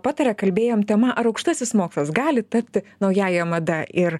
pataria kalbėjom tema ar aukštasis mokslas gali tapti naująja mada ir